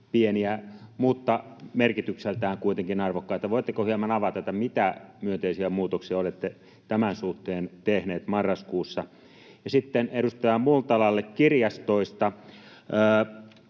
pieniä mutta merkitykseltään kuitenkin arvokkaita. Voitteko hieman avata, mitä myönteisiä muutoksia olette tämän suhteen tehneet marraskuussa? Sitten edustaja Multalalle kirjastoista.